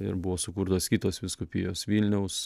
ir buvo sukurtos kitos vyskupijos vilniaus